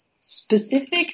specific